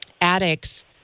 addicts